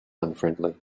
unfriendly